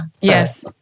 Yes